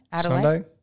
Sunday